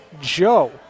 Joe